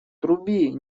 труби